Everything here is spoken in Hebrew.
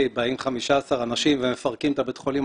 באים 15 אנשים ומפרקים את בית החולים.